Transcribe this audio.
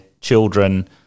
children